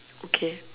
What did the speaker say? okay